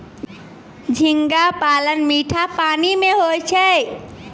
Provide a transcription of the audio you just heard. झींगा पालन मीठा पानी मे होय छै